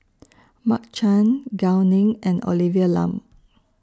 Mark Chan Gao Ning and Olivia Lum